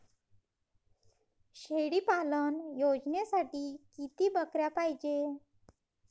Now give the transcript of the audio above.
शेळी पालन योजनेसाठी किती बकऱ्या पायजे?